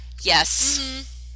Yes